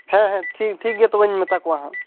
ᱦᱮᱸ ᱦᱮᱸ ᱴᱷᱤᱠ ᱴᱷᱤᱠ ᱜᱮᱭᱟ ᱛᱚᱵᱮᱧ ᱢᱮᱛᱟ ᱠᱚᱣᱟ ᱦᱟᱜ